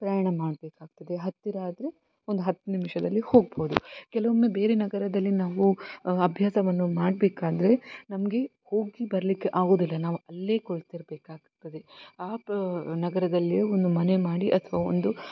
ಪ್ರಯಾಣ ಮಾಡಬೇಕಾಗ್ತದೆ ಹತ್ತಿರ ಆದರೆ ಒಂದು ಹತ್ತು ನಿಮಿಷದಲ್ಲಿ ಹೋಗ್ಬೌದು ಕೆಲವೊಮ್ಮೆ ಬೇರೆ ನಗರದಲ್ಲಿ ನಾವು ಅಭ್ಯಾಸವನ್ನು ಮಾಡಬೇಕಾದ್ರೆ ನಮಗೆ ಹೋಗಿ ಬರಲಿಕ್ಕೆ ಆಗೋದಿಲ್ಲ ನಾವು ಅಲ್ಲೇ ಕುಳಿತಿರ್ಬೇಕಾಗ್ತದೆ ಆ ನಗರದಲ್ಲೇ ಒಂದು ಮನೆ ಮಾಡಿ ಅಥವಾ ಒಂದು